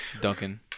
Duncan